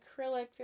acrylic